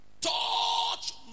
touch